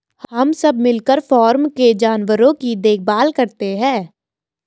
हम सब मिलकर फॉर्म के जानवरों की देखभाल करते हैं